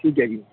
ਠੀਕ ਹੈ ਜੀ